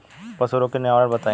पशु रोग के निवारण बताई?